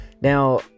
Now